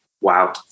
wow